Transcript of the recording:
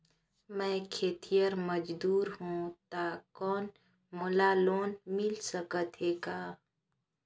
मैं खेतिहर मजदूर हों ता कौन मोला लोन मिल सकत हे का?